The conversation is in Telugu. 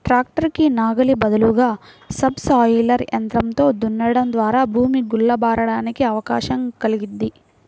ట్రాక్టర్ కి నాగలి బదులుగా సబ్ సోయిలర్ యంత్రంతో దున్నడం ద్వారా భూమి గుల్ల బారడానికి అవకాశం కల్గిద్ది